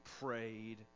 prayed